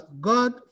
God